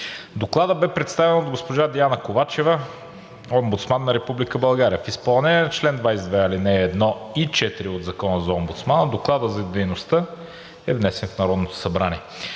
Докладът бе представен от госпожа Диана Ковачева – Омбудсман на Република България. В изпълнение на чл. 22, ал.1 и 4 от Закона за Омбудсмана Докладът за дейността е внесен в Народното събрание.